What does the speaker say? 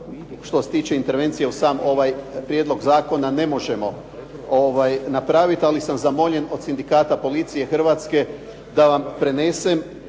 što se tiče intervencije sam ovaj prijedlog zakona ne možemo napraviti, ali sam zamoljen od Sindikata policije Hrvatske da vam prenesem